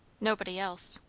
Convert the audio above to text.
nobody else.